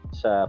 sa